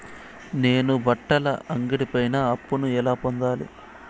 నేను బట్టల అంగడి పైన అప్పును ఎలా పొందాలి?